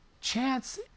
chance